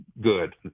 good